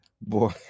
boy